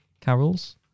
Carols